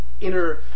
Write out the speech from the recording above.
inner